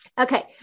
Okay